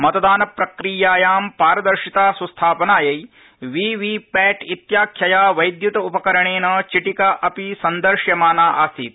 मतदानप्रक्रियायां पारदर्शिता सुस्थापनायै वीवी पैटइत्याख्यया वैद्युत उपकरणेन चिटिका अपि संदर्श्यमाना आसीत्